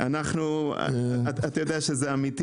וניסינו להבין